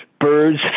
birds